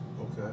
Okay